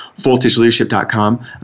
VoltageLeadership.com